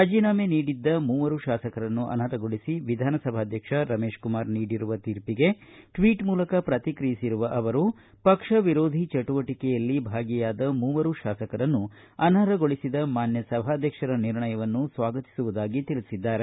ರಾಜೀನಾಮೆ ನೀಡಿದ್ದ ಮೂವರು ಶಾಸಕರನ್ನು ಅನರ್ಹಗೊಳಿಸಿ ವಿಧಾನಸಭಾಧ್ಯಕ್ಷ ರಮೇಶಕುಮಾರ ನೀಡಿರುವ ತೀರ್ಪಿಗೆ ಟ್ವೀಟ್ ಮೂಲಕ ಪ್ರತಿಕ್ರಿಯಿಸಿರುವ ಅವರು ಪಕ್ಷ ವಿರೋಧಿ ಚಟುವಟಿಕೆಯಲ್ಲಿ ಭಾಗಿಯಾದ ನಮ್ಮ ಪಕ್ಷದ ಮೂವರು ಶಾಸಕರನ್ನು ಅನರ್ಹಗೊಳಿಸಿದ ಮಾನ್ಯ ಸಭಾಧ್ಯಕ್ಷರ ನಿರ್ಣಯವನ್ನು ಸ್ವಾಗತಿಸುತ್ತೇನೆ ಎಂದಿದ್ದಾರೆ